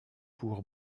pour